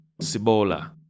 Cibola